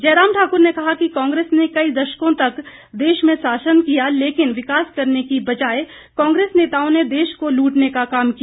जयराम ठाक्र ने कहा कि कांग्रेस ने कई दशकों तक देश में शासन किया लेकिन विकास करने की बजाय कांग्रेस नेताओं ने देश को लूटने का काम किया